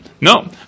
No